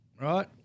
right